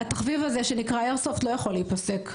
התחביב הזה שנקרא איירסופט לא יכול להיפסק,